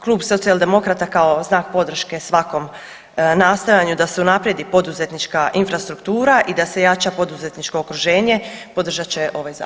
Klub Socijaldemokrata kao znak podrške svakom nastojanju da se unaprijedi poduzetnička infrastruktura i da se jača poduzetničko okruženje podržati će ovaj zakon.